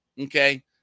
okay